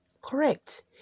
Correct